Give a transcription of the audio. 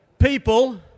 people